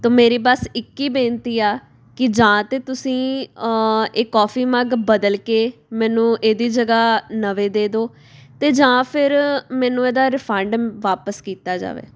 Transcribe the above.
ਅਤੇ ਮੇਰੀ ਬਸ ਇੱਕ ਹੀ ਬੇਨਤੀ ਆ ਕਿ ਜਾਂ ਤਾਂ ਤੁਸੀਂ ਇਹ ਕੌਫੀ ਮੱਗ ਬਦਲ ਕੇ ਮੈਨੂੰ ਇਹਦੀ ਜਗ੍ਹਾ ਨਵੇਂ ਦੇ ਦਿਓ ਅਤੇ ਜਾਂ ਫਿਰ ਮੈਨੂੰ ਇਹਦਾ ਰਿਫੰਡ ਵਾਪਿਸ ਕੀਤਾ ਜਾਵੇ